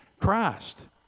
Christ